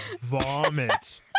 vomit